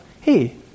Hey